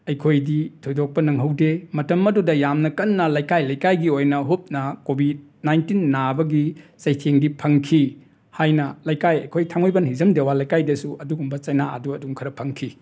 ꯑꯩꯈꯣꯏꯗꯤ ꯊꯣꯏꯗꯣꯛꯄ ꯅꯪꯍꯧꯗꯦ ꯃꯇꯝ ꯑꯗꯨꯗ ꯌꯥꯝꯅ ꯀꯟꯅ ꯂꯩꯀꯥꯏ ꯂꯩꯀꯥꯏꯒꯤ ꯑꯣꯏꯅ ꯍꯨꯞꯅ ꯀꯣꯕꯤꯠ ꯅꯥꯏꯟꯇꯤꯟ ꯅꯥꯕꯒꯤ ꯆꯩꯊꯦꯡꯗꯤ ꯐꯪꯈꯤ ꯍꯥꯏꯅ ꯂꯩꯀꯥꯏ ꯑꯩꯈꯣꯏ ꯊꯥꯡꯃꯩꯕꯟ ꯍꯤꯖꯝ ꯗꯦꯋꯥꯟ ꯂꯩꯀꯥꯏꯗꯁꯨ ꯑꯗꯨꯒꯨꯝꯕ ꯆꯩꯅꯥ ꯑꯗꯨ ꯑꯗꯨꯝ ꯈꯔ ꯐꯪꯈꯤ